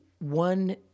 One